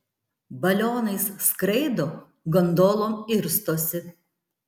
balionais skraido gondolom irstosi